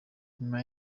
nyuma